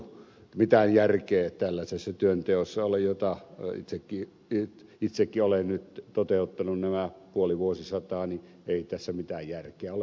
mitään järkeä tällaisessa työnteossa ei ole jota itsekin olen nyt toteuttanut nämä puoli vuosisataa ei tässä mitään järkeä ole